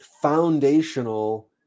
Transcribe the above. foundational